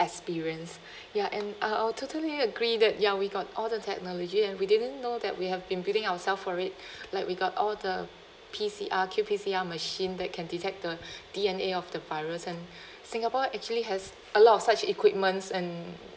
experience ya and uh I'll totally agree that ya we got all the technology and we didn't know that we have been building ourselves for it like we got all the P_C_R Q_P_C_R machine that can detect the D_N_A of the virus and singapore actually has a lot of such equipments and